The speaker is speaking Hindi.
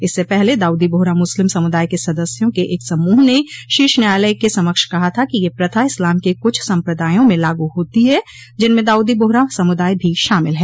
इससे पहले दाऊदी बोहरा मुस्लिम समुदाय के सदस्यों के एक समूह ने शीर्ष न्यायालय के समक्ष कहा था कि यह प्रथा इस्लाम के कुछ संप्रदायों में लागू होती है जिनमें दाऊदी बोहरा समुदाय भी शामिल है